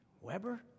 Weber